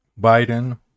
Biden